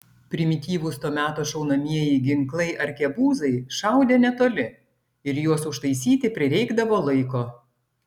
primityvūs to meto šaunamieji ginklai arkebuzai šaudė netoli ir juos užtaisyti prireikdavo laiko